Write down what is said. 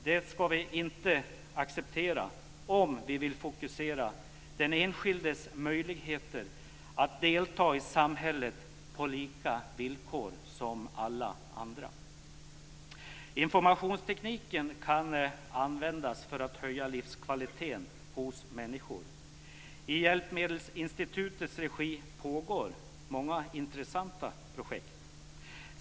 Detta ska vi inte acceptera om vi vill fokusera den enskildes möjligheter att delta i samhället på lika villkor som alla andra. Informationstekniken kan användas för att höja livskvaliteten hos människor. I Hjälpmedelsinstitutets regi pågår många intressanta projekt.